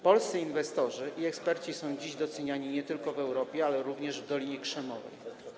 Polscy inwestorzy i eksperci są dziś doceniani nie tylko w Europie, lecz także w Dolinie Krzemowej.